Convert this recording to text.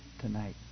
tonight